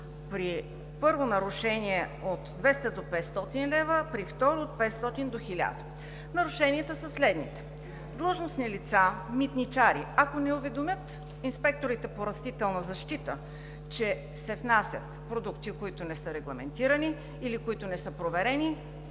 при първо нарушение – от 200 до 500 лв., а при второ – от 500 до 1000 лв. Нарушенията са следните: първо, длъжностни лица митничари, ако не уведомят инспекторите по растителна защита, че се внасят продукти, които не са регламентирани или които не са проверени